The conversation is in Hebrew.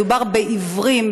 מדובר בעיוורים,